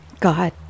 God